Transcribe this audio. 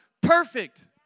perfect